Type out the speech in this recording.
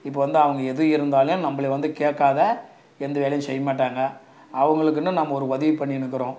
இப்போ வந்து அவங்க எது இருந்தாலும் நம்மள வந்து கேக்காது எந்த வேலையும் செய்யமாட்டாங்க அவங்களுக்குன்னு நம்ம ஒரு உதவி பண்ணின்னுக்கிறோம்